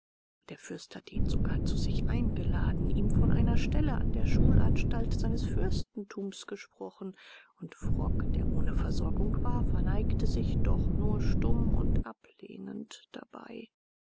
der fürst hatte ihn sogar zu sich eingeladen ihm von einer stelle an der schulanstalt seines fürstentums gesprochen und frock der ohne versorgung war verneigte sich doch nur stumm und ablehnend dabei